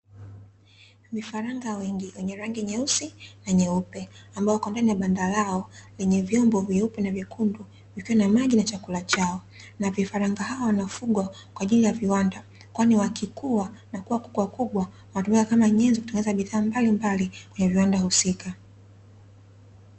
Vifaranga wengi wenye rangi nyeusi na nyeupe ambao wako ndani ya banda lao, lenye vyombo vyeupe na vyekundu vikiwa na maji na chakula chao. Na vifaranga hawa wanafugwa kwa ajili ya viwanda, kwani wakikua na kua kuku wakubwa wanatumiwa kama nyenzo ya kutengeneza bidhaa mbalimbali kwenye viwanda husika.